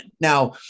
Now